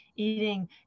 Eating